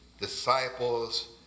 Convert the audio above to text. disciples